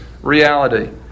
Reality